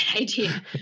idea